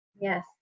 Yes